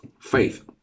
faith